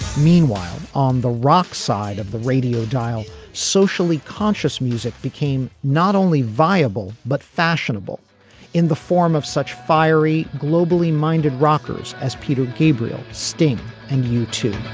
meanwhile on the rock side of the radio dial socially conscious music became not only viable but fashionable in the form of such fiery globally minded rockers as peter gabriel sting and youtube